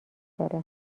داره